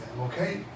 okay